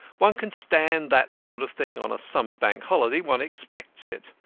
one can stand that sort of thing on a summer bank holiday one expects it.